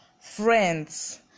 friends